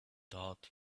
thought